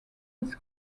its